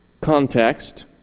context